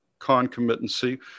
concomitancy